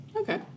Okay